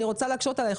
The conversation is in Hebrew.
אני רוצה להקשות עליך.